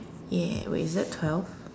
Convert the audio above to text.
yeah wait is that twelve